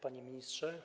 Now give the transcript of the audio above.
Panie Ministrze!